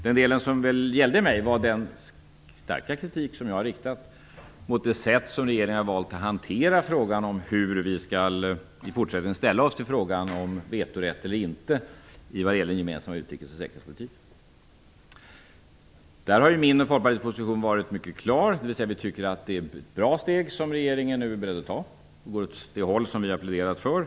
Den del som väl gällde mig avsåg den starka kritik som jag har riktat mot det sätt som regeringen har valt för att hantera frågan hur vi i fortsättningen skall ställa oss till frågan om vetorätt eller inte i vad gäller den gemensamma utrikes och säkerhetspolitiken. Därvidlag har min och Folkpartiets position varit mycket klar, dvs. vi tycker att det är ett bra steg som regeringen nu är beredd att ta. Det går åt det håll som vi har pläderat för.